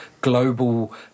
global